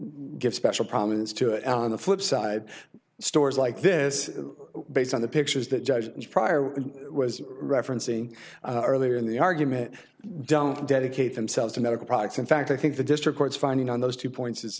give special prominence to it on the flip side stories like this based on the pictures that judge pryor was referencing earlier in the argument don't dedicate themselves to medical products in fact i think the district court's finding on those two points is